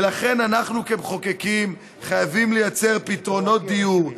ולכן אנחנו כמחוקקים חייבים לייצר פתרונות דיור,